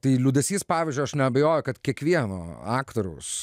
tai liūdesys pavyzdžiui aš neabejoju kad kiekvieno aktoriaus